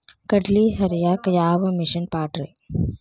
ಕಡ್ಲಿ ಹರಿಯಾಕ ಯಾವ ಮಿಷನ್ ಪಾಡ್ರೇ?